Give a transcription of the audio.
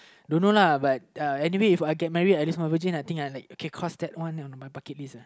don't know lah but uh anyway If I get married I lose my virgin lah I think I like cross that one on my bucket list uh